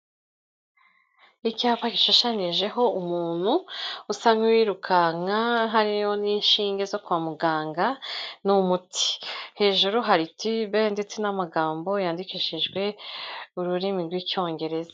Icyapa gishushanyijeho umuntu usa nk'uwirukanka hariho n'inshinge zo kwa muganga n'umuti. Hejuru hari tibe ndetse n'amagambo yandikishijwe ururimi rw'icyongereza.